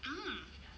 hmm